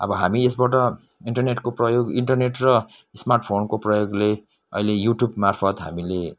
आबो हामी यसबाट इन्टरनेटको प्रयोग इन्टरनेट र स्मार्टफोनको प्रयोगले अहिले युट्युब मार्फत हामीले